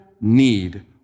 need